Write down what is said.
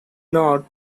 not